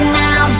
now